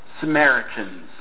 Samaritans